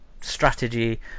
strategy